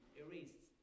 erased